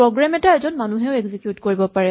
programme এটা এজন মানুহেও এক্সিকিউট কৰিব পাৰে